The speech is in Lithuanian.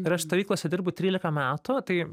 ir aš stovyklose dirbu trylika metų tai